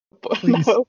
Please